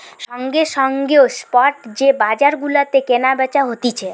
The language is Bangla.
সঙ্গে সঙ্গে ও স্পট যে বাজার গুলাতে কেনা বেচা হতিছে